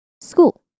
School